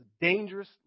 dangerous